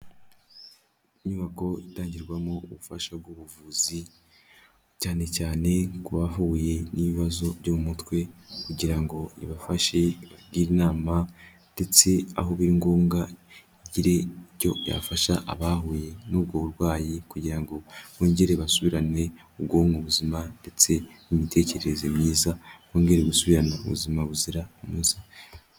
Inyubako itangirwamo ubufasha bw'ubuvuzi cyane cyane nko ku wahuye n'ibibazo byo mu mutwe kugira ngo ibafashe ibagire inama, ndetse aho biri ngombwa igire icyo yafasha abahuye n'ubwo burwayi kugira ngo bongere basubirane ubwonko buzima, ndetse n'imitekerereze myiza, bongere gusubirana ubuzima buzira umuze.